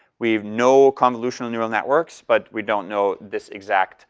we've no convolution and you know networks, but we don't know this exact